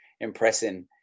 impressing